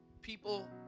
People